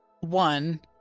One